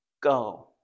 go